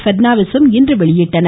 பட்னாவிசும் இன்று வெளியிட்டனர்